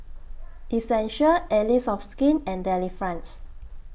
Essential Allies of Skin and Delifrance